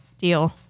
deal